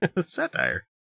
satire